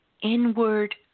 inward